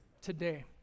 today